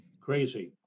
Crazy